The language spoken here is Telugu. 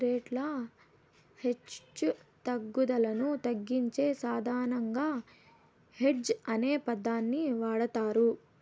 రేట్ల హెచ్చుతగ్గులను తగ్గించే సాధనంగా హెడ్జ్ అనే పదాన్ని వాడతారు